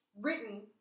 written